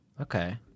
Okay